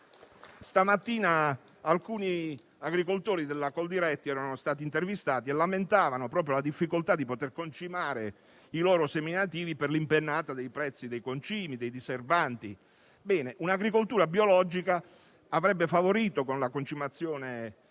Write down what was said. mattina alcuni agricoltori della Coldiretti intervistati lamentavano proprio la difficoltà di concimare i loro seminativi per l'impennata dei prezzi dei concimi e dei diserbanti. Bene: un'agricoltura biologica, con la concimazione